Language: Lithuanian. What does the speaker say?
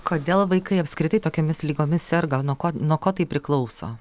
kodėl vaikai apskritai tokiomis ligomis serga nuo ko nuo ko tai priklauso